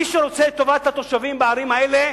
מי שרוצה את טובת התושבים בערים האלה,